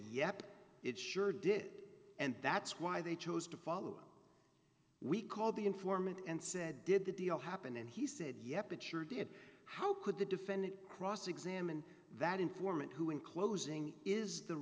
yep it sure did and that's why they chose to follow we called the informant and said did the deal happen and he said yep it sure did how could the defendant cross examine that informant who in closing is the